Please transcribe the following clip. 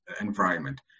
environment